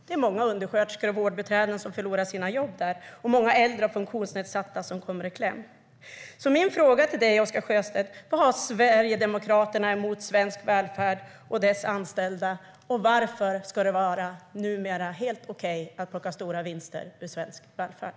Det är många undersköterskor och vårdbiträden som förlorar sina jobb där och många äldre och funktionsnedsatta som kommer i kläm. Jag vill därför fråga Oscar Sjöstedt: Vad har Sverigedemokraterna emot svensk välfärd och dess anställda? Varför ska det numera vara helt okej att plocka stora vinster ur svensk välfärd?